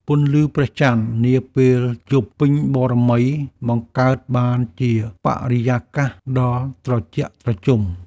ពន្លឺព្រះច័ន្ទនាពេលយប់ពេញបូណ៌មី បង្កើតបានជាបរិយាកាសដ៏ត្រជាក់ត្រជុំ។